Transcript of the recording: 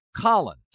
Colin